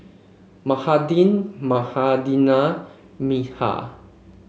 Mahade Manindra Milkha